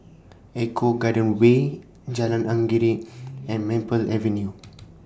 Eco Garden Way Jalan Anggerek and Maple Avenue